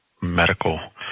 medical